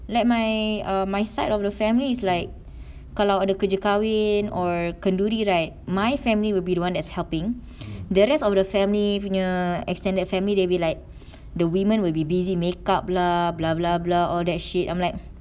like my um my side of the family is like kalau ada kerja kahwin or kenduri right my family will be the one as helping the rest of the family near extended family they be like the women will be busy makeup lah blah blah blah all that shit I'm like